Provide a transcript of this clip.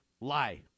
Lie